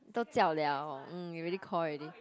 都叫了 mm you already call already